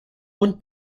und